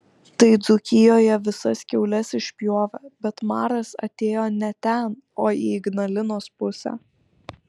tai dzūkijoje visas kiaules išpjovė bet maras atėjo ne ten o į ignalinos pusę